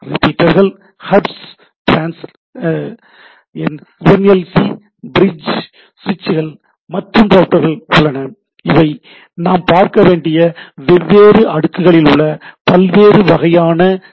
ரிப்பீட்டர்கள் hubs transceiver NIC bridge சுவிட்சுகள் மற்றும் ரவுட்டர்கள் உள்ளன இவை நாம் பார்க்க வேண்டிய வெவ்வேறு அடுக்குகளில் உள்ள பல்வேறு வகையான சாதனங்கள்